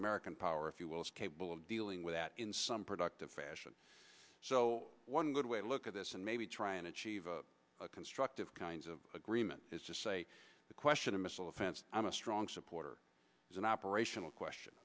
american power if you will see capable of dealing with that in some productive fashion so one good way to look at this and maybe try and achieve a constructive kinds of agreement is to say the question of missile defense i'm a strong supporter is an operational question